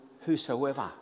whosoever